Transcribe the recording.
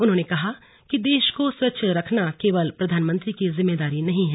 उन्होंने कहा कि देश को स्वच्छ रखना केवल प्रधानमंत्री की जिम्मेदारी नहीं है